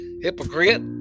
hypocrite